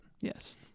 Yes